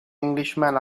englishman